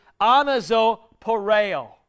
anazoporeo